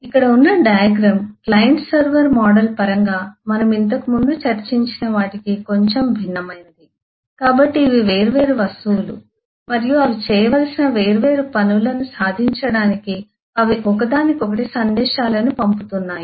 ఇక్కడ ఉన్న diagram client server model పరంగా మనం ఇంతకుముందు చర్చించిన వాటికి కొంచెం భిన్నమైనది కాబట్టి ఇవి వేర్వేరు వస్తువులు మరియు అవి చేయవలసిన వేర్వేరు పనులను సాధించడానికి అవి ఒకదానికొకటి సందేశాలను పంపుతున్నాయి